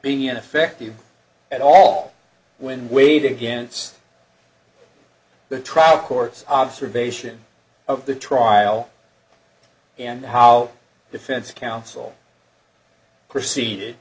being ineffective at all when weighed against the trial court's observation of the trial and how defense counsel proceeded